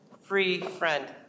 Free-friend